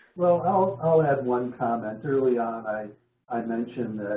i'll add one comment. early on i i mentioned